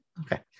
okay